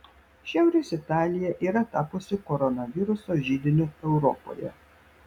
šiaurės italija yra tapusi koronaviruso židiniu europoje